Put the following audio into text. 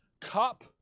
cup